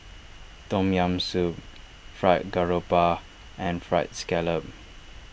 Tom Yam Soup Fried Garoupa and Fried Scallop